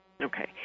Okay